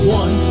one